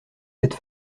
cette